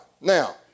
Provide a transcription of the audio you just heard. Now